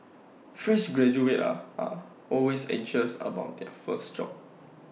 fresh graduates are are always anxious about their first job